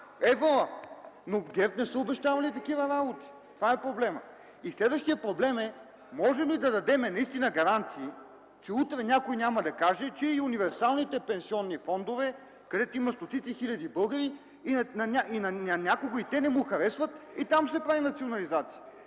Евала! Но ГЕРБ не са обещавали такива работи. Това е проблемът. Следващият проблем, можем ли да дадем наистина гаранции, че утре някой няма да каже, че и универсалните пенсионни фондове, където има стотици хиляди българи, на някого и те не му харесват, че и там ще се прави национализация?